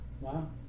Wow